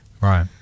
Right